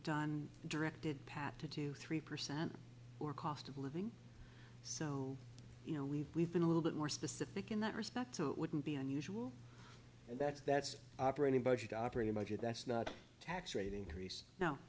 done directed path to two three percent or cost of living so you know we've we've been a little bit more specific in that respect to it wouldn't be unusual and that's that's operating budget operating budget that's not a tax rate increase no